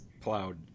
plowed